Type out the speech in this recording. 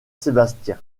sébastien